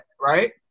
right